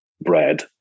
bread